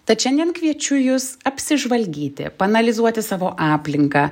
tad šiandien kviečiu jus apsižvalgyti paanalizuoti savo aplinką